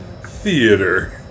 theater